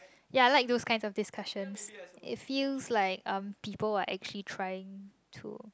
ya like those kind of discussions it feels like people are actually trying to